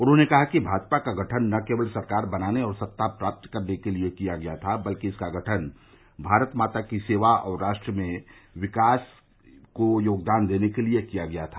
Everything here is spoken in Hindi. उन्होंने कहा कि भाजपा का गठन न केवल सरकार बनाने और सत्ता प्राप्त करने के लिए किया गया था बल्कि इसका गठन भारत माता की सेवा और राष्ट्र के विकास में योगदान देने के लिए किया गया था